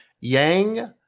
Yang